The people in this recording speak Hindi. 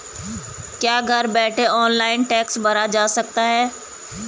क्या घर बैठे ऑनलाइन टैक्स भरा जा सकता है?